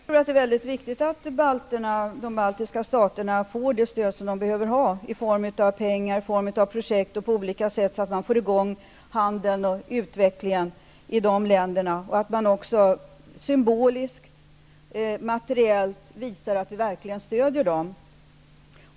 Fru talman! Det är mycket viktigt att de baltiska staterna får det stöd som de behöver, i form av pengar och projekt, så att de får i gång handeln och utvecklingen, och att vi symboliskt och materiellt visar att vi verkligen stödjer dem.